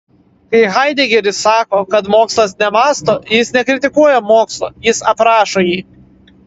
kai haidegeris sako kad mokslas nemąsto jis nekritikuoja mokslo jis aprašo jį